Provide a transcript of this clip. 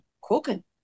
cooking